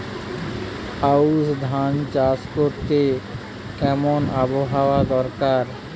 আউশ ধান চাষ করতে কেমন আবহাওয়া দরকার?